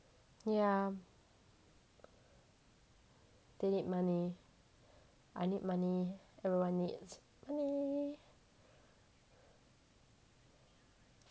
yeah they need money I need money everyone needs money